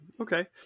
okay